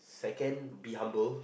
second be humble